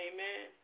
Amen